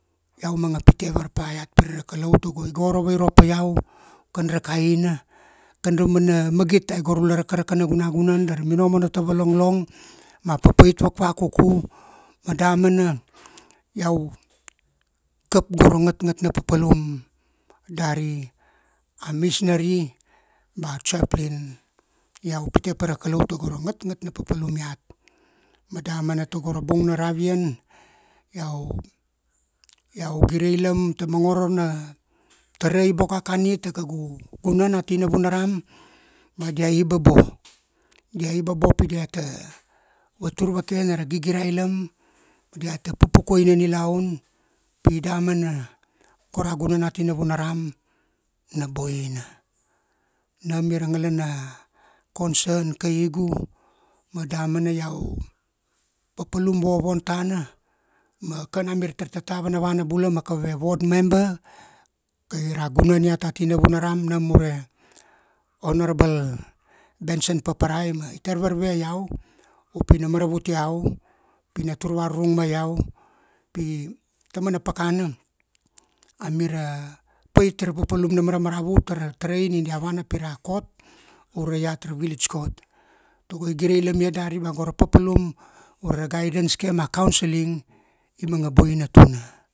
Iau manga pite varpa iat pire ra Kalau tago iga orovairop pa iau kan ra kaina, kan raumana magit ai go ra ula rakaraka na gunagunan dara minomo na tava longlong, ma papait vakvakuku, ma damana iau, kap go ra ngatngat na papalum dari a missionary, ba chairplain. Iau pite pa ra Kalau tago ra ngatngat na papalum iat. Ma damana tago ra bung na ravian, iau, iau gireilam ta mongoro na, tarai boko a kani ta kaugu, gunan ati Navunaram, ba dia iba bo. Dia iba pi diata, vatur vake na ra gigirailam, pi diata pupukuai na nilaun, pi damana go ra gunan ati Navunaram na boina. Nam ia ra ngalana concern kaigu, ma damana iau, papalum vovon tana, ma kan amir tar tata vanavana bula ma kaveve ward member, kai ra gunan ati iat Navunanram, nam ure Honourable Beson Paparai, ma i tar varve iau, upi na maravut iau, pi na tur varurung ma iau, pi taumana pakana, amira pait ra papalum na maramaravut pire ra tarai ni dia vana pira kot, ure iat ra village court. Tago i girailamia dari ba go ra papalum, ure ra guidance ke ma counseling, imanga boina tuna